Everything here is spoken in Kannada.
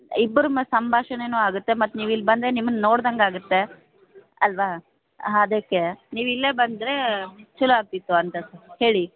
ಇಬ್ರ ಮ ಸಂಭಾಷಣೇನು ಆಗುತ್ತೆ ಮತ್ತು ನೀವು ಇಲ್ಲಿ ಬಂದರೆ ನಿಮ್ಮನ್ನ ನೋಡ್ದಂಗೆ ಆಗುತ್ತೆ ಅಲ್ಲವಾ ಅದಕ್ಕೆ ನೀವು ಇಲ್ಲೇ ಬಂದರೆ ಚೊಲೋ ಆಗ್ತಿತ್ತು ಅಂತ ಸರ್ ಹೇಳಿ